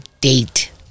date